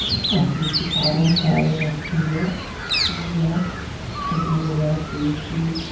अस जेह्की सारें कशा शैल रेसिपी ऐ ओह् ऐ सभनीं कोला टेस्टी